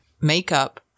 makeup